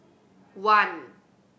one